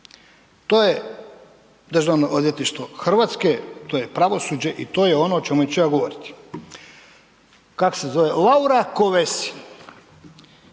To je DORH, to je pravosuđe i to je ono o čemu ću ja govoriti. Kako se zove, Laura Kövesi,